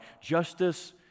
Justice